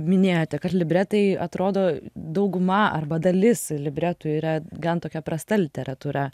minėjote kad libretai atrodo dauguma arba dalis libretų yra gan tokia prasta literatūra